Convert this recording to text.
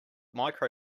mirco